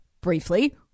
briefly